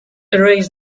erase